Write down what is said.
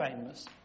famous